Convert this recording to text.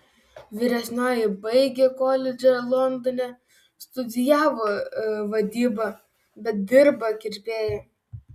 vyresnioji baigė koledžą londone studijavo vadybą bet dirba kirpėja